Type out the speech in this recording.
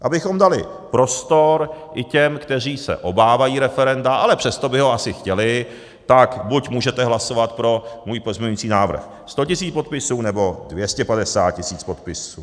Abychom dali prostor i těm, kteří se obávají referenda, ale přesto by ho asi chtěli, tak buď můžete hlasovat pro můj pozměňovací návrh 100 tisíc podpisů, nebo 250 tisíc podpisů.